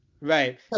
Right